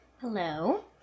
Hello